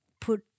put